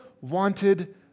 wanted